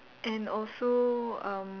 and also um